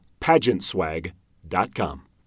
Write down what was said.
pageantswag.com